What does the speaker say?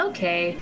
Okay